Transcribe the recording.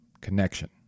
connection